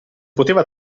poteva